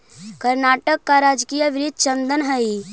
कर्नाटक का राजकीय वृक्ष चंदन हई